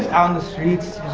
on the streets,